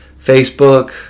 Facebook